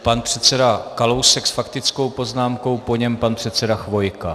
Pan předseda Kalousek s faktickou poznámkou, po něm pan předseda Chvojka.